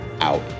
out